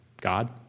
God